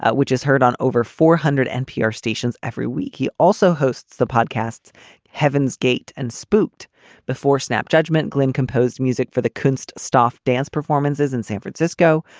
ah which is heard on over four hundred npr stations every week. he also hosts the podcast heaven's gate. and spooked before snap judgment, glenn composed music for the kunst staff dance performances in san francisco,